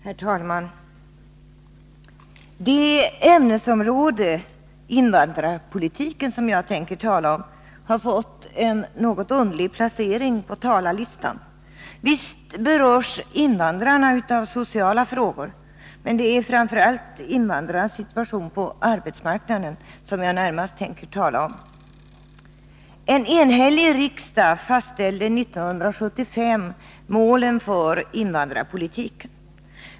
Herr talman! Det ämnesområde, invandrarpolitiken, som jag tänker tala om har fått en något underlig placering på talarlistan. Visst berörs invandrarna av sociala frågor, men det är framför allt invandrarnas situation på arbetsmarknaden som jag närmast tänker tala om. En enhällig riksdag fastställde 1975 målen för invandrarpolitiken.